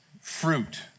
fruit